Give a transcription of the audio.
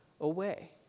away